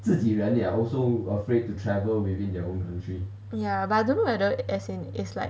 ya but I don't know whether as in it's like